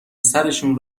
سرشون